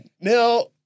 Now